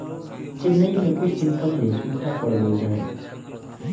चेन्नई में कुछ दिन पहिले सूखा पड़ गइल रहल